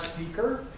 speaker,